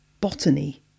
botany